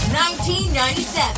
1997